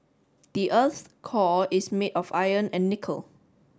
the earth's core is made of iron and nickel